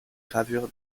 gravures